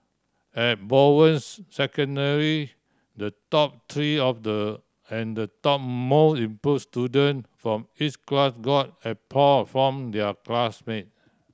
at Bowen's Secondary the top three of the and the top most improve student from each class got applause from their classmate